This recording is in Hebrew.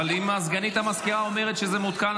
אבל אם סגנית המזכירה אומרת שזה מעודכן,